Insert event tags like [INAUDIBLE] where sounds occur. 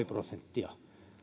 [UNINTELLIGIBLE] prosenttia